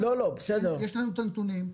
יש לנו את הנתונים,